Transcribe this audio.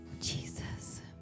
Jesus